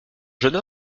jeune